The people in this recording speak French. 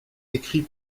écrit